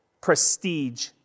prestige